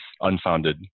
unfounded